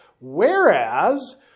whereas